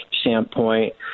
standpoint